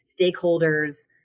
stakeholders